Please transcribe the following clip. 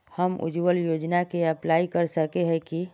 हम उज्वल योजना के अप्लाई कर सके है की?